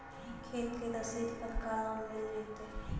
खेत के रसिद पर का लोन मिल जइतै?